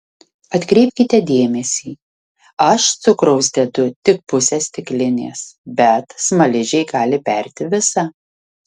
atkreipkite dėmesį aš cukraus dedu tik pusę stiklinės bet smaližiai gali berti visą